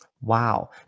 Wow